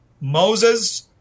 Moses